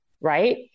right